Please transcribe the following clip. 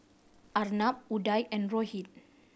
Arnab Udai and Rohit